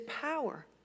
power